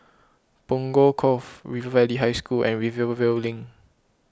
Punggol Cove River Valley High School and Rivervale Link